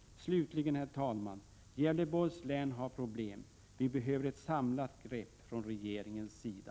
Slutligen, herr talman: Gävleborgs län har problem. Vi behöver ett samlat grepp från regeringens sida.